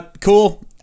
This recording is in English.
Cool